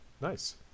Nice